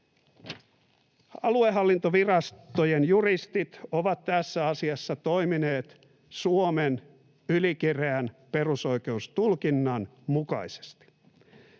Aluehallintovirastojen juristit ovat tässä asiassa toimineet Suomen ylikireän perusoikeustulkinnan mukaisesti.